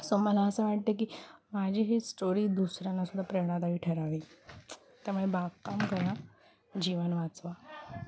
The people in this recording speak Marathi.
सो मला असं वाटतं की माझी ही स्टोरी दुसऱ्यांनासुद्धा प्रेरणादारी ठरावी त्यामुळे बागकाम करा जीवन वाचवा